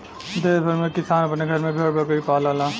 देस भर में किसान अपने घरे में भेड़ बकरी पालला